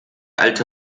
alte